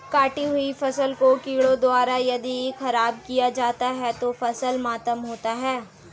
कटी हुयी फसल को कीड़ों द्वारा यदि ख़राब किया जाता है तो फसल मातम होता है